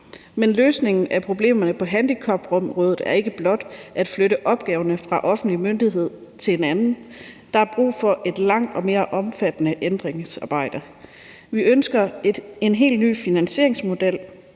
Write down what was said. Men løsningen på problemerne på handicapområdet er ikke blot at flytte opgaverne fra en offentlig myndighed til en anden. Der er brug for et langt mere omfattende ændringsarbejde. Vi ønsker en helt ny finansieringsmodel,